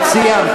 את סיימת.